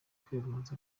kwiyamamaza